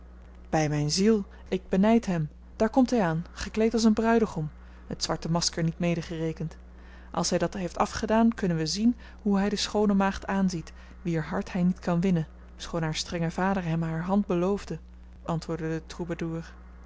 bij mijn ziel ik benijd hem daar komt hij aan gekleed als een bruidegom het zwarte masker niet medegerekend als hij dat heeft afgedaan kunnen wij zien hoe hij de schoone maagd aanziet wier hart hij niet kan winnen schoon haar strenge vader hem haar hand beloofde antwoordde